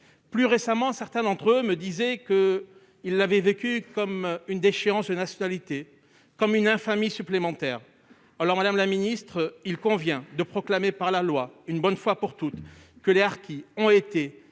Plus récemment, certains d'entre eux me disaient qu'ils l'avaient ressenti comme une déchéance de nationalité, comme une infamie de plus. Il convient de proclamer dans la loi, une bonne fois pour toutes, que les harkis ont été